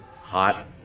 Hot